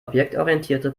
objektorientierte